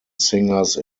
singers